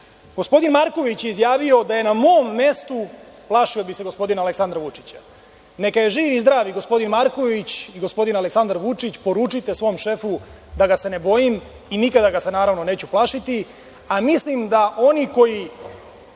društvo. Gospodin Marković je izjavio da je na mom mestu, plašio bi se gospodina Aleksandra Vučića. Neka je živ i zdrav i gospodin Marković i gospodin Aleksandar Vučić. Poručite svom šefu da ga se ne bojim i nikada ga se naravno neću plašiti, a mislim da oni koji